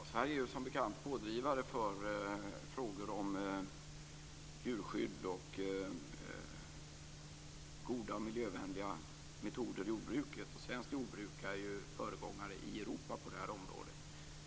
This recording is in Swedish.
Fru talman! Sverige är som bekant pådrivande i frågor om djurskydd och goda, miljövänliga metoder i jordbruket. Svenskt jordbruk är ju föregångare i Europa på det området.